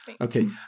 Okay